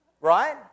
right